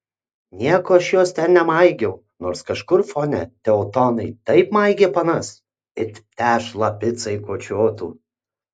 nieko aš jos ten nemaigiau nors kažkur fone teutonai taip maigė panas it tešlą picai kočiotų